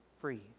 free